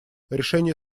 решение